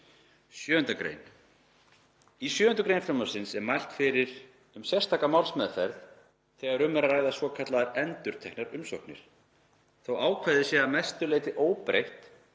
„7. gr. Í 7. gr. frumvarpsins er mælt fyrir um sérstaka málsmeðferð þegar um er að ræða svokallaðar endurteknar umsóknir. Þótt ákvæðið sé að mestu leyti óbreytt